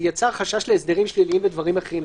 יצר חשש להסדרים שליליים ודברים אחרים.